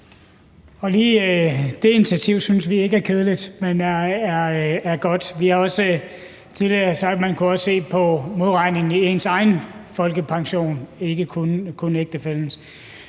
det initiativ synes vi ikke er kedeligt, men godt. Vi har også tidligere sagt, at man også kunne se på modregning i ens egen folkepension, ikke kun ægtefællens.